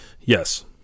Yes